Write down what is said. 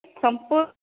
ସଂପୂର୍ଣ୍ଣ